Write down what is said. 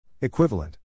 Equivalent